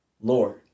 Lord